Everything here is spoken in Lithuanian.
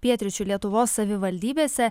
pietryčių lietuvos savivaldybėse